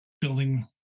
building